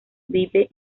vive